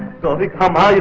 so become a